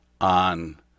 on